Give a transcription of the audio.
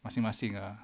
masing-masing ah